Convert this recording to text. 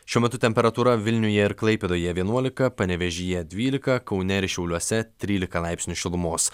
šiuo metu temperatūra vilniuje ir klaipėdoje vienuolika panevėžyje dvylika kaune ir šiauliuose trylika laipsnių šilumos